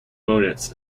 moments